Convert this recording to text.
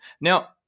Now